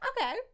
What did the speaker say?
Okay